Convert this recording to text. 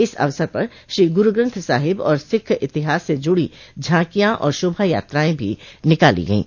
इस अवसर पर श्री गुरूग्रन्थ साहिब जी और सिक्ख इतिहास से जुड़ी झाकियां और शोभा यात्रायें भी निकाली गयीं